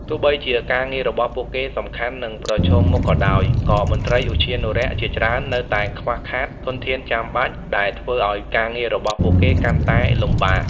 ទោះបីជាការងាររបស់ពួកគេសំខាន់ និងប្រឈមមុខក៏ដោយ ក៏មន្ត្រីឧទ្យានុរក្សជាច្រើននៅតែខ្វះខាតធនធានចាំបាច់ ដែលធ្វើឲ្យការងាររបស់ពួកគេកាន់តែលំបាក។